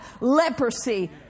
leprosy